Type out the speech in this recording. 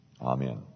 Amen